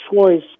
choice